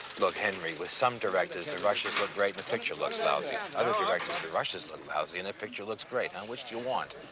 look henry with some directors the rushes were great the picture looks lousy. ah other directors rushes look lousy and the picture looks great. um which do you want?